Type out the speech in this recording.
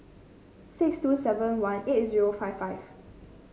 six two seven one eight zero five five